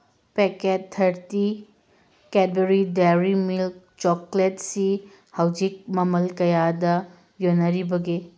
packet ꯊꯔꯇꯤ Cadbury Dairy Milk ꯆꯣꯀ꯭ꯂꯦꯠꯁꯤ ꯍꯧꯖꯤꯛ ꯃꯃꯜ ꯀꯌꯥꯗ ꯌꯣꯟꯅꯔꯤꯕꯒꯦ